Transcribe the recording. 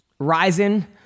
Ryzen